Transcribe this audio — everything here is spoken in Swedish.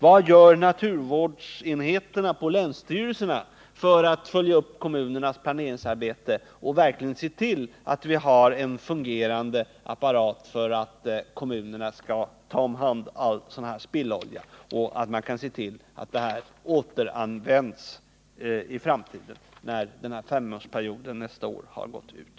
Vad gör naturvårdsenheterna på länsstyrelserna för att följa upp kommunernas planeringsarbete och se till att det finns en fungerande apparat för att kommunerna skall kunna ta om hand all spillolja och sörja för att den återanvänds, när den här femårsperioden nästa år gått ut?